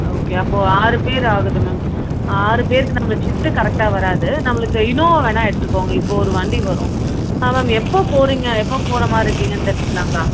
okay அப்போ ஆறு பேர் ஆகுது மேம் ஆறு பேருக்கு நம்மளுக்கு ஷிஃப்ட்டு கரெக்டாக வராது நம்மளுக்கு இனோவா வேணா எடுத்துக்கோங்க இப்போ ஒரு வண்டி வரும் ஆ மேம் எப்போ போகறீங்க எப்போ போகறமாரி இருக்கீங்கன்னு தெரிஞ்சிக்கலாங்களா